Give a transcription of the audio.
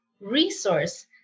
resource